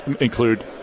include